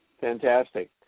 Fantastic